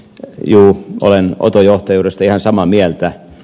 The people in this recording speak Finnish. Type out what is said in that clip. juu olen oto johtajuudesta ihan samaa mieltä